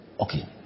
Okay